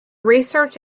research